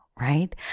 right